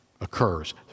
occurs